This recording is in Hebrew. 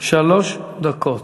שלוש דקות.